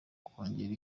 ukongera